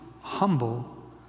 humble